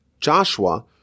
Joshua